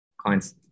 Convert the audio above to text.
clients